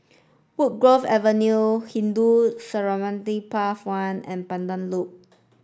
Woodgrove Avenue Hindu Cemetery Path One and Pandan Loop